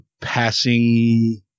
passing